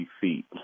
feet